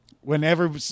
Whenever